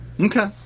Okay